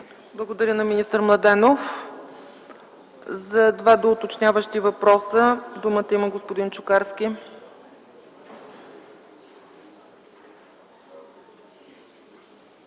Благодаря на министър Младенов. За два доуточняващи въпроса думата има господин Чукарски.